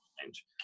change